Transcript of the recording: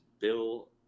Bill